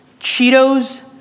Cheetos